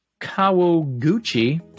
Kawaguchi